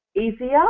easier